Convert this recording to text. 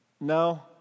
No